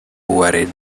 worried